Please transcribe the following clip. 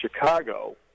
Chicago